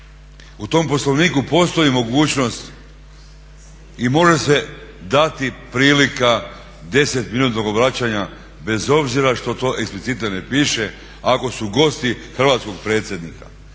U tom Poslovniku postoji mogućnost i može se dati prilika 10-minutnog obraćanja bez obzira što to eksplicitno ne piše, ako su gosti hrvatskog predsjednika.